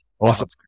awesome